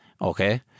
Okay